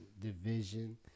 division